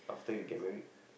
after you get married